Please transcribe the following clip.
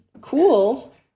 cool